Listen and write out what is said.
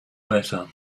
better